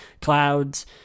clouds